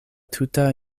tuta